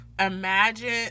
Imagine